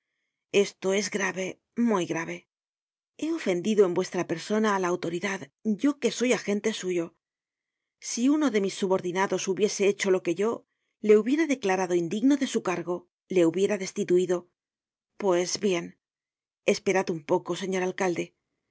esto es grave muy grave he ofendido en vuestra persona á la autoridad yo que soy agente suyo si uno de mis subordinados hubiese hecho lo que yo le hubiera declarado indigno de su cargo le hubiera destituido pues bien esperad un poco señor alcalde